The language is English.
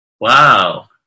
Wow